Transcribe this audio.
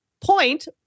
point